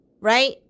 right